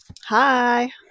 hi